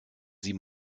sie